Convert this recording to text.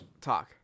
talk